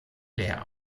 leer